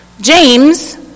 James